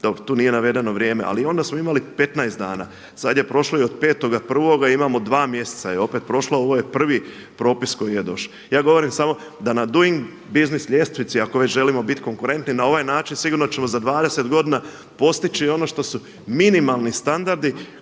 tu nije navedeno vrijeme ali onda smo imali 15 dana. Sada je prošlo i od 5.1. imamo dva mjeseca je opet prošlo a ovo je prvi propis koji je došao. Ja govorim samo na Doing business ljestvici ako već želimo biti konkurentni, na ovaj način sigurno ćemo za 20 godina postići ono što su minimalni standardi